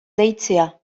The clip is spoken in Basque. deitzea